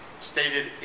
stated